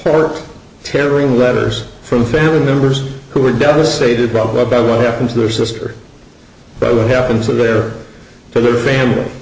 poor tearing letters from family members who were devastated by about what happened to their sister but what happened to their for their family